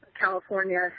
California